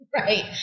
Right